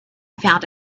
found